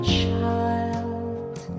child